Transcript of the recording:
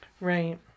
Right